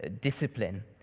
discipline